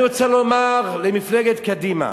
אני רוצה לומר למפלגת קדימה: